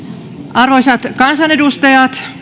arvoisat kansanedustajat